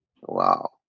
Wow